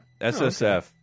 SSF